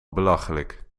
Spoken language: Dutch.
belachelijk